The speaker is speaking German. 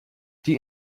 die